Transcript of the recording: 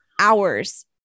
hours